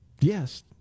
Yes